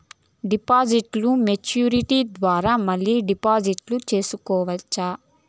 డిపాజిట్లు మెచ్యూరిటీ తర్వాత మళ్ళీ డిపాజిట్లు సేసుకోవచ్చా?